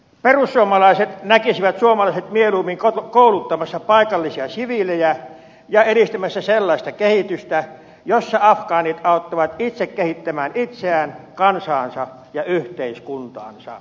perussuomalaiset näkisivät suomalaiset mieluummin kouluttamassa paikallisia siviilejä ja edistämässä sellaista kehitystä jossa afgaanit auttavat itse kehittämään itseään kansaansa ja yhteiskuntaansa